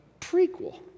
prequel